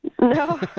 No